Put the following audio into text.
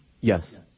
Yes